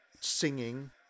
singing